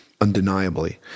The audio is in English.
undeniably